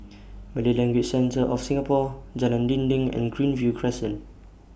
Malay Language Centre of Singapore Jalan Dinding and Greenview Crescent